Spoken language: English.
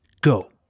go